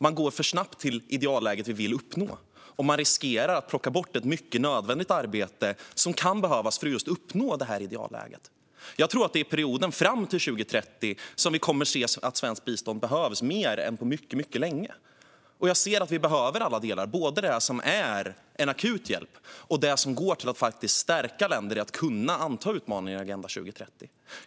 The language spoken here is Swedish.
De går för snabbt till det idealläge vi vill uppnå och riskerar att plocka bort ett arbete som är nödvändigt för att uppnå idealläget. Jag tror att under perioden fram till 2030 kommer svenskt bistånd att behövas mer än på mycket länge, och jag anser att båda delar behövs, såväl akut hjälp som det som stärker länder att kunna anta utmaningarna i Agenda 2030.